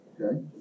Okay